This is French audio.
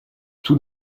tout